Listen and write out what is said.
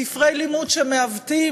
ספרי לימוד שמעוותים